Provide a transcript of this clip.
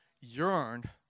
yearned